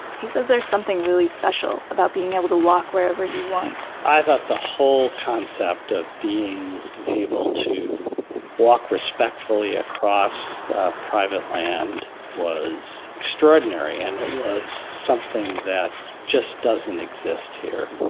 he says that there's something really special about being able to walk wherever you want i thought the whole concept of being able to walk respectfully across private land was extraordinary. and it was something that just doesn't exist here.